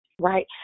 right